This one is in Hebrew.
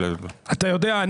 אתה יודע,